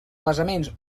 vessaments